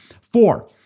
Four